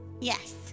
Yes